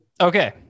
Okay